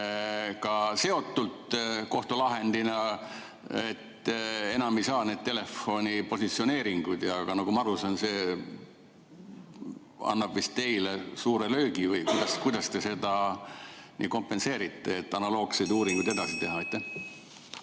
seotud, kohtulahendina, nii et enam ei saa neid telefonipositsioneeringuid, nagu ma aru saan. See annab vist teile suure löögi. Või kuidas te seda kompenseerite, et analoogseid uuringuid edasi teha?